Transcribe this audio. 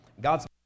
God's